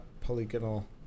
polygonal